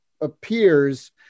appears